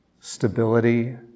stability